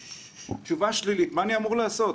תשובה שלילית מה אני אמור לעשות?